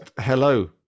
hello